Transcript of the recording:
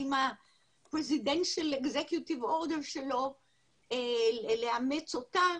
ה-presidential executive order שלו לאמץ אותה